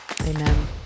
Amen